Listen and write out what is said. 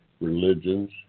religions